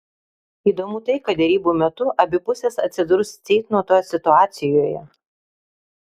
įdomu tai kad derybų metu abi pusės atsidurs ceitnoto situacijoje